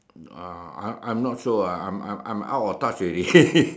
uh I'm I'm not sure ah I am I am out of touch already